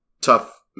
tough